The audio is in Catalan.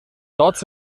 tots